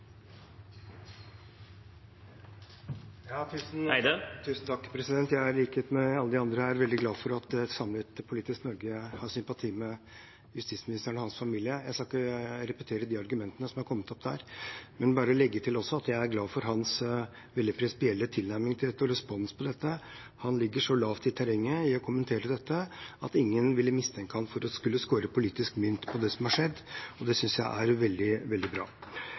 med alle de andre her, veldig glad for at et samlet politisk Norge har sympati med justisministeren og hans familie. Jeg skal ikke repetere de argumentene som er kommet opp, men bare legge til at jeg er glad for hans veldig prinsipielle tilnærming til og respons på dette. Han ligger så lavt i terrenget i å kommentere dette at ingen ville mistenke ham for å ville skåre politisk mynt på det som har skjedd, og det synes jeg er veldig, veldig bra.